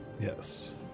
Yes